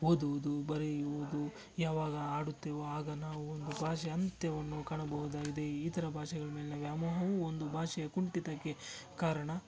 ಓದುವುದು ಬರೆಯುವುದು ಯಾವಾಗ ಆಡುತ್ತೇವೋ ಆಗ ನಾವು ಒಂದು ಭಾಷೆ ಅಂತ್ಯವನ್ನು ಕಾಣಬಹುದಾಗಿದೆ ಇಥರ ಭಾಷೆಗಳ ಮೇಲಿನ ವ್ಯಾಮೋಹವೂ ಒಂದು ಭಾಷೆಯ ಕುಂಠಿತಕ್ಕೆ ಕಾರಣ